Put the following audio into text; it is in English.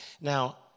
Now